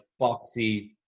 Boxy